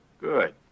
Good